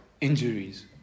injuries